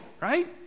right